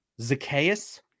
zacchaeus